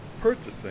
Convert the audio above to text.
purchasing